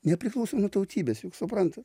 nepriklausomai nuo tautybės juk suprantate